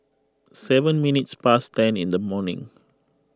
seven minutes past ten in the morning